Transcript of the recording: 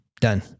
done